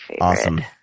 Awesome